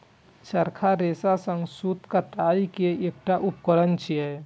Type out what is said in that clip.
चरखा रेशा सं सूत कताइ के एकटा उपकरण छियै